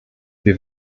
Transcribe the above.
wir